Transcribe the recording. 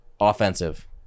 Offensive